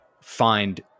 find